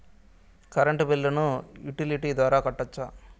Current బిల్లును utility ద్వారా కట్టొచ్చా?